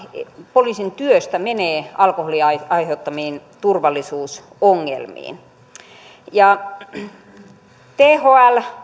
poliisin työstä menee alkoholin aiheuttamiin turvallisuusongelmiin thl